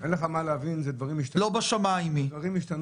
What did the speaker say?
וגם השרים.